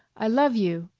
i love you.